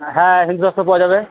হ্যাঁ হিন্দুশাস্ত্র পাওয়া যাবে